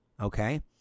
Okay